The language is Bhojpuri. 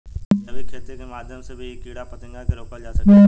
जैविक खेती के माध्यम से भी इ कीड़ा फतिंगा के रोकल जा सकेला